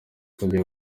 tugiye